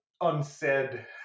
unsaid